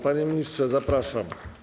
Panie ministrze, zapraszam.